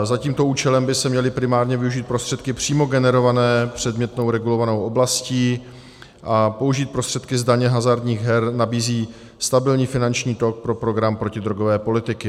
Za tímto účelem by se měly primárně využít prostředky přímo generované předmětnou regulovanou oblastí, a použít prostředky z daně z hazardních her nabízí stabilní finanční tok pro program protidrogové politiky.